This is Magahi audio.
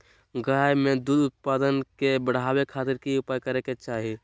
गाय में दूध उत्पादन के बढ़ावे खातिर की उपाय करें कि चाही?